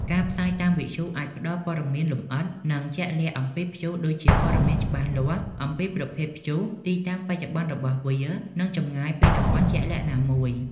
ការផ្សាយតាមវិទ្យុអាចផ្តល់ព័ត៌មានលម្អិត និងជាក់លាក់អំពីព្យុះដូចជាព័ត៌មានច្បាស់លាស់អំពីប្រភេទព្យុះទីតាំងបច្ចុប្បន្នរបស់វា និងចម្ងាយពីតំបន់ជាក់លាក់ណាមួយ។